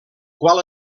qual